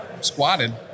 squatted